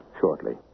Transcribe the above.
shortly